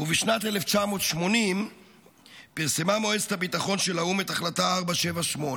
בשנת 1980 פרסמה מועצת הביטחון של האו"ם את החלטה 478,